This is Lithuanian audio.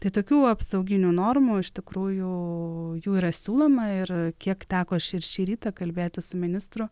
tai tokių apsauginių normų iš tikrųjų jų yra siūloma ir kiek teko ir šį rytą kalbėti ministru